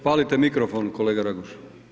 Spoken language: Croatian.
Upalite mikrofon kolega Raguž.